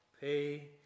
Pay